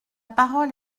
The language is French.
parole